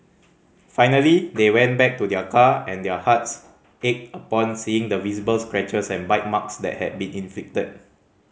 finally they went back to their car and their hearts ached upon seeing the visible scratches and bite marks that had been inflicted